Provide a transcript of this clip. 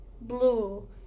blue